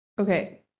Okay